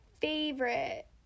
favorite